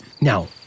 Now